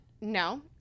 no